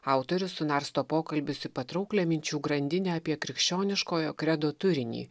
autorius sunarsto pokalbius į patrauklią minčių grandinę apie krikščioniškojo kredo turinį